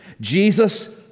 Jesus